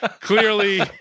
Clearly